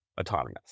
autonomous